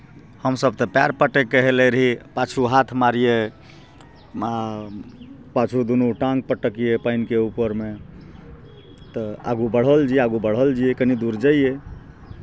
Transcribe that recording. हमसभ तऽ पएर पटकि कऽ हेलै रहियै पाछू हाथ मारियै पाछू दुनू टाङ्ग पटकियै पानिके ऊपरमे तऽ आगू बढ़ल जइयै आगू बढ़ल जइयै कनि दूर जइयै